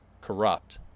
corrupt